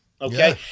Okay